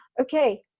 okay